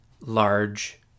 large